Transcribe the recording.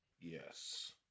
Yes